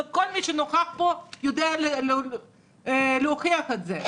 וכל מי שנוכח פה יודע להוכיח את זה.